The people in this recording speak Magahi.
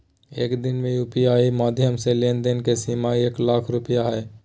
एक दिन में यू.पी.आई माध्यम से लेन देन के सीमा एक लाख रुपया हय